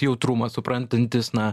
jautrumą suprantantys na